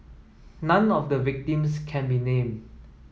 none of the victims can be named